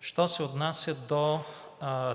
Що се отнася до